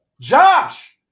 Josh